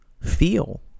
feel